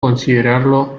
considerarlo